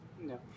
No